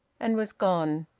and was gone,